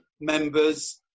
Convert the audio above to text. members